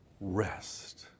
rest